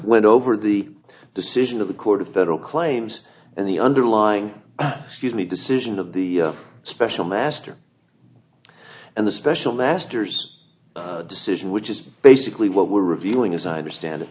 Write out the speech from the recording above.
went over the decision of the court of federal claims and the underlying scuse me decision of the special master and the special masters decision which is basically what we're reviewing as i understand